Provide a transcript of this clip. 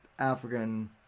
African